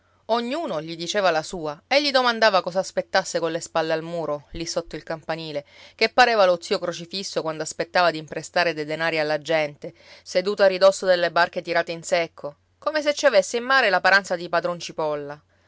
ognuno gli diceva la sua e gli domandava cosa aspettasse colle spalle al muro lì sotto il campanile che pareva lo zio crocifisso quando aspettava d'imprestare dei denari alla gente seduto a ridosso delle barche tirate in secco come se ci avesse in mare la paranza di padron cipolla